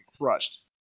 crushed